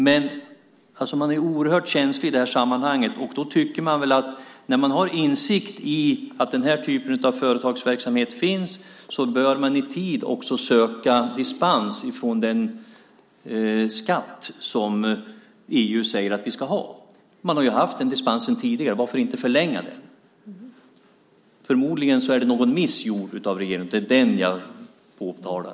Men man är oerhört känslig i det här sammanhanget. När man har insikt i att den här typen av företagsverksamhet finns bör man i tid också söka dispens ifrån den skatt som EU säger att vi ska ha. Man har ju haft den dispensen tidigare - varför inte förlänga den? Förmodligen är det någon miss gjord av regeringen. Det är den jag påtalar.